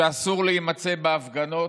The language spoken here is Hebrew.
שאסור להימצא בהפגנות,